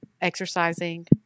exercising